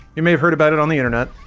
you may have heard about it on the internet